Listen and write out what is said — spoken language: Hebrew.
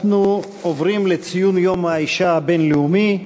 אנחנו עוברים לציון יום האישה הבין-לאומי.